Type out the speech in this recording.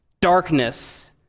darkness